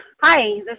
Hi